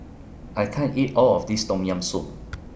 I can't eat All of This Tom Tam Soup